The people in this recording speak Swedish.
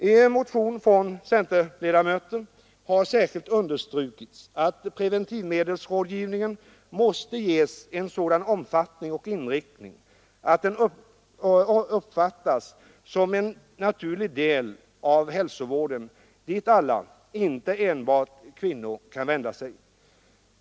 I motion från centern har särskilt understrukits att preventivmedelsrådgivningen bör ges en sådan omfattning och inriktning att den uppfattas som en naturlig del av hälsovården, dit alla — inte enbart kvinnor — kan vända sig.